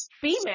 female